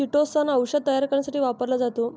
chitosan औषध तयार करण्यासाठी वापरला जातो